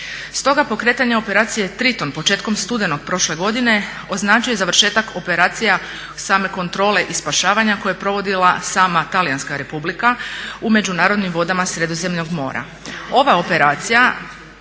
Stoga pokretanje operacije Triton početkom studenog prošle godine označuje završetak operacija same kontrole i spašavanja koje je provodila sama Talijanska Republika u međunarodnim vodama Sredozemnog mora.